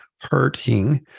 hurting